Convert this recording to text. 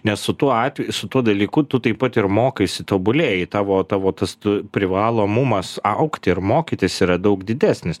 nes su tuo atve su tuo dalyku tu taip pat ir mokaisi tobulėji tavo tavo tas tu privalomumas augti ir mokytis yra daug didesnis